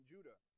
Judah